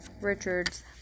Richard's